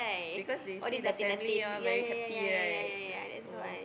because they see the family all very happy right